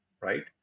right